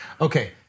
Okay